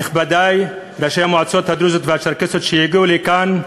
נכבדי ראשי המועצות הדרוזיות והצ'רקסיות שהגיעו לכאן,